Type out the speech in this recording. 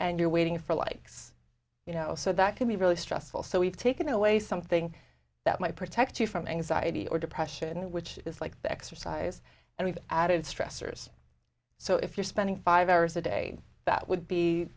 and you're waiting for like you know so that can be really stressful so we've taken away something that might protect you from anxiety or depression which is like exercise and we've added stressors so if you're spending five hours a day that would